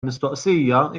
mistoqsija